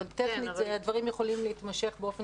אבל טכנית הדברים יכולים להתמשך באופן